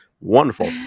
Wonderful